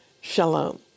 Shalom